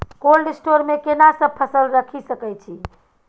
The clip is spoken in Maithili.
कोल्ड स्टोर मे केना सब फसल रखि सकय छी?